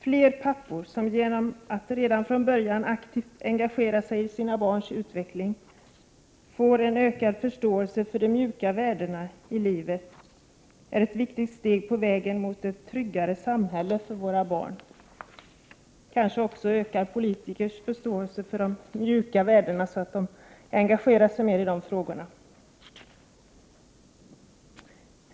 Fler pappor som genom att redan från början aktivt engagera sig i sina barns utveckling får en större förståelse för de mjuka värdena i livet är ett viktigt steg på vägen mot ett tryggare samhälle för våra barn. Kanske skulle det också öka politikernas förståelse för de mjuka värdena, så att politikerna engagerar sig mera i dessa frågor.